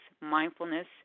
mindfulness